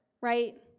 right